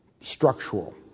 structural